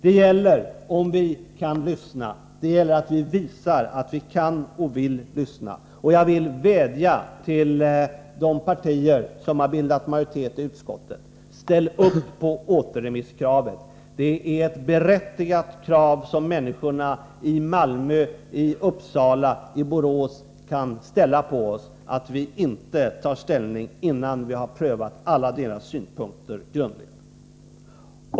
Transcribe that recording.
Det gäller att vi visar att vi kan och vill lyssna. Jag vill vädja till de partier som bildat majoritet i utskottet: Ställ upp på återremisskravet! Det är ett berättigat krav, som människorna i Malmö, Uppsala och Borås kan ställa på oss, att vi inte tar ställning innan vi prövat alla deras synpunkter grundligt.